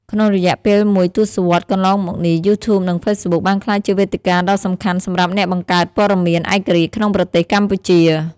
ក្នុងរយៈពេលមួយទសវត្សរ៍កន្លងមកនេះ YouTube និង Facebook បានក្លាយជាវេទិកាដ៏សំខាន់សម្រាប់អ្នកបង្កើតព័ត៌មានឯករាជ្យក្នុងប្រទេសកម្ពុជា។